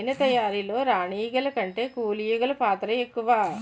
తేనె తయారీలో రాణి ఈగల కంటే కూలి ఈగలు పాత్ర ఎక్కువ